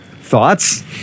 Thoughts